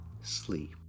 sleep